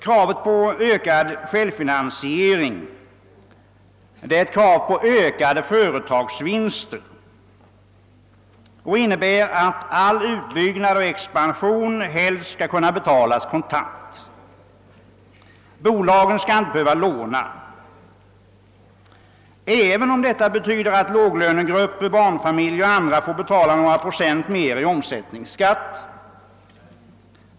Kravet på ökad självfinansiering är ett krav på ökade företagsvinster och innebär, att all utbyggnad och expansion helst skall kunna betalas kontant. Bolagen skall inte behöva låna, även om detta betyder att låglönegrupper, barnfamiljer och andra får betala några procent ytterligare i omsättningsskatt.